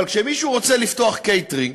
אבל כשמישהו רוצה לפתוח קייטרינג